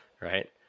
Right